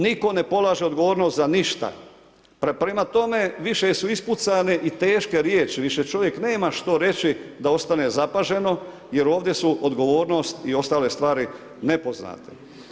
Nitko ne polaže odgovornost za ništa, prema tome više su ispucane i teške riječi, više čovjek nema što reći da ostane zapaženo jer ovdje su odgovornost i ostale stvari nepoznate.